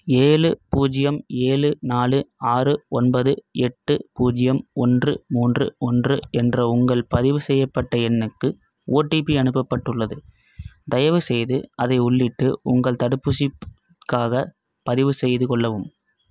ஏழு பூஜ்ஜியம் ஏழு நாலு ஆறு ஒன்பது எட்டு பூஜ்ஜியம் ஒன்று மூன்று ஒன்று என்ற உங்கள் பதிவு செய்யப்பட்ட எண்ணுக்கு ஓடிபி அனுப்பப்பட்டுள்ளது தயவுசெய்து அதை உள்ளிட்டு உங்கள் தடுப்பூசிக்காகப் பதிவுசெய்து கொள்ளவும்